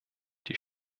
die